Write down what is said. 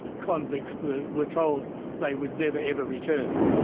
convicts were were told they would never, ever return.